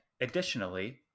additionally